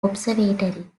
observatory